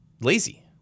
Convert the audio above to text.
lazy